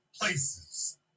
places